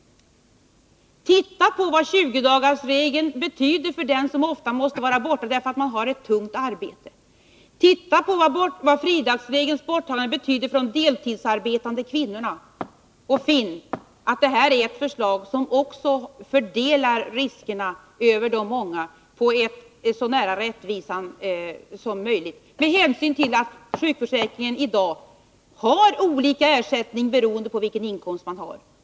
Se på vad tjugodagarsregeln betyder för den som ofta måste vara borta därför att han har ett tungt arbete! Titta på vad fridagsregelns borttagande betyder för de deltidsarbetande kvinnorna och finn att det här är ett förslag som också fördelar riskerna på de många på ett så rättvist sätt som möjligt, med tanke på att sjukförsäkringen i dag ger olika ersättning, beroende på vilka inkomster man har.